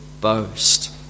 boast